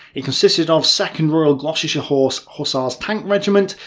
it consisted of second royal gloucester horse hussars tank regiment,